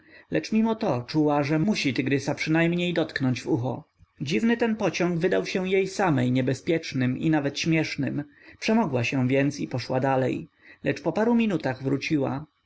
lecz mimo to czuła że musi tygrysa przynajmniej dotknąć w ucho dziwny ten pociąg wydał się jej samej niebezpiecznym i nawet śmiesznym przemogła się więc i poszła dalej lecz po paru minutach wróciła